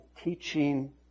teaching